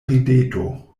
rideto